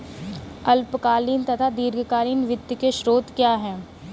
अल्पकालीन तथा दीर्घकालीन वित्त के स्रोत क्या हैं?